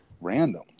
random